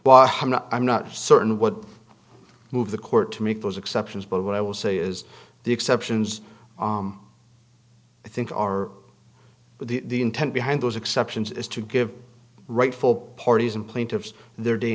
law i'm not i'm not certain what move the court to make those exceptions but what i would say is the exceptions i think are the intent behind those exceptions is to give rightful parties and plaintiffs their day